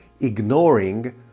ignoring